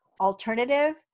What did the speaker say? alternative